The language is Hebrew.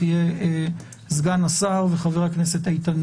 יהיו סגן השר וחבר הכנסת איתן